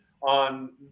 on